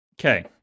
Okay